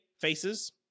faces